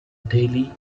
daily